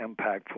impactful